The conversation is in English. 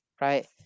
right